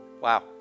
wow